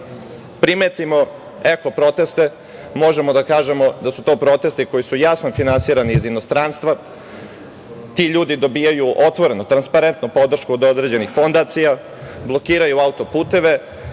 primetimo eko-proteste, možemo da kažemo da su to protesti koji su jasno finansirani iz inostranstva. Ti ljudi dobijaju otvoreno, transparentno, podršku od određenih fondacija, blokiraju auto-puteve,